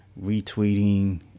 retweeting